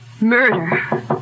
murder